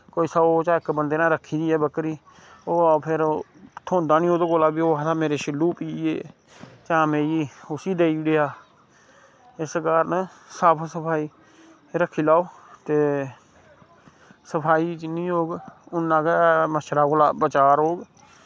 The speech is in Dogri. कोई सौ चा इक बंदे नै रक्खी दी ऐ बकरी ओह् फिर थ्होंदा नी ओह्दे कोला बी ओह् आखदा मेरे शिल्लु पी ए जां में उस्सी देई उड़ेआ इस कारन साफ सफाई रक्खी लैओ ते सफाई जिन्नी होग उन्ना गै मच्छरै कोला बचाऽ रौह्ग